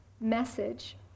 message